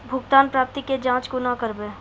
भुगतान प्राप्ति के जाँच कूना करवै?